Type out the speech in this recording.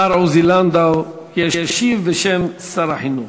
השר עוזי לנדאו וישיב בשם שר החינוך.